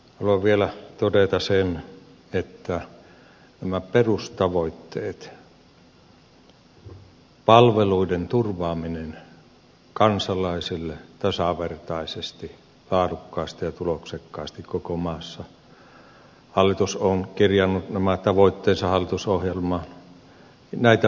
haluan vielä todeta sen että nämä perustavoitteet palveluiden turvaaminen kansalaisille tasavertaisesti laadukkaasti ja tuloksekkaasti koko maassa on hallitus kirjannut hallitusohjelmaan ja näitä voi pitää hyvinä